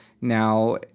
Now